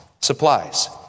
Supplies